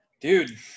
Dude